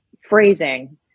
phrasing